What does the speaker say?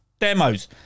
demos